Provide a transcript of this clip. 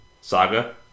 saga